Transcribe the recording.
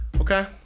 okay